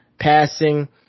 Passing